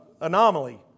anomaly